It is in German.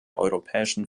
europäischen